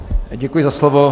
Děkuji za slovo.